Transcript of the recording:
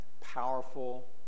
powerful